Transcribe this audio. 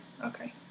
Okay